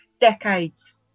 decades